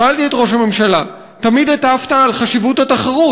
שאלתי את ראש הממשלה: תמיד הטפת על חשיבות התחרות,